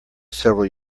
several